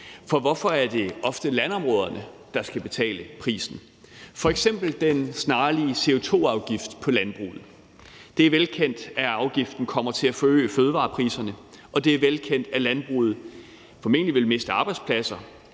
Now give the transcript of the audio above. For hvorfor er det ofte landområderne, der skal betale prisen, f.eks. den snarlige CO2-afgift på landbruget? Det er velkendt, at afgiften kommer til at forøge fødevarepriserne, og det er velkendt, at landbruget formentlig vil miste arbejdspladser,